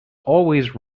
always